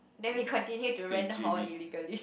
then we continue to rent hall illegally